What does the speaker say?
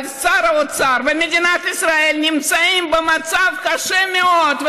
אבל שר האוצר ומדינת ישראל נמצאים במצב קשה מאוד.